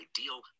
ideal